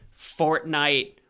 fortnite